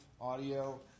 audio